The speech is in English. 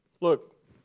Look